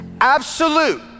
Absolute